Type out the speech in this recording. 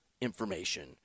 information